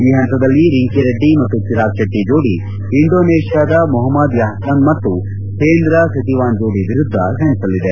ಈ ಹಂತದಲ್ಲಿ ರಿಂಕಿರೆಡ್ಡಿ ಮತ್ತು ಚಿರಾಗ್ ಶೆಟ್ಟ ಜೋಡಿ ಇಂಡೋನೇಷ್ಲಾದ ಮೊಹಮ್ನದ್ ಯಾಹಸನ್ ಮತ್ತು ಹೆಂದ್ರ ಸೆತಿವಾನ್ ಜೋಡಿ ವಿರುದ್ದ ಸೆಣಸಲಿದೆ